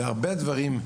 הרבה דברים,